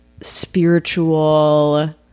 spiritual